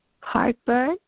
Heartburn